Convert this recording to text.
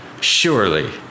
surely